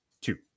two